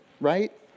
right